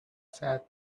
said